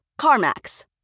CarMax